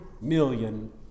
million